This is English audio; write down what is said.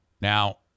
Now